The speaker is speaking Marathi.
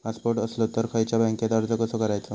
पासपोर्ट असलो तर खयच्या बँकेत अर्ज कसो करायचो?